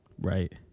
Right